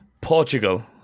Portugal